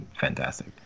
fantastic